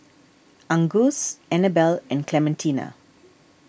Angus Annabel and Clementina